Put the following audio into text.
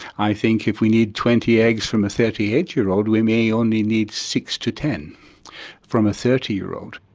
i think if we need twenty eggs from a thirty eight year old, we may only need six to ten from a thirty year old.